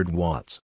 watts